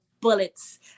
bullets